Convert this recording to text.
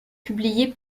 publié